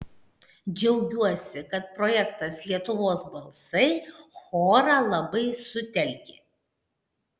džiaugiuosi kad projektas lietuvos balsai chorą labai sutelkė